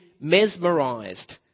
mesmerised